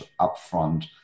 upfront